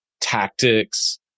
tactics